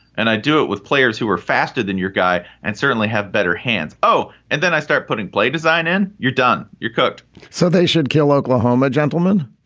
and i do it with players who are faster than your guy and certainly have better hands. oh, and then i start putting play design in. you're done, you're cooked so they should kill oklahoma gentlemen,